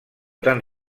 tan